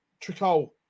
Tricol